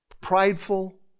prideful